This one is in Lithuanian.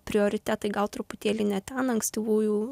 prioritetai gal truputėlį ne ten ankstyvųjų